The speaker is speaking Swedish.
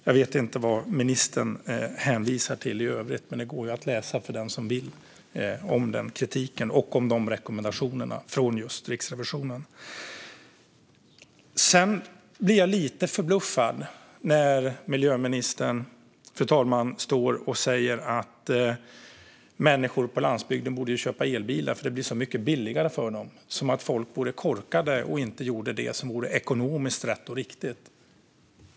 Jag vet inte vad ministern hänvisar till i övrigt, men för den som vill går det att läsa om den kritiken och om rekommendationerna från Riksrevisionen. Sedan blir jag lite förbluffad när miljöministern, fru talman, står och säger att människor på landsbygden borde köpa elbilar eftersom det blir så mycket billigare för dem - precis som om folk vore korkade och inte gjorde det som vore ekonomiskt rätt och riktigt.